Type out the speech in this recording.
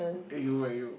!aiyo! why are you